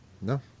No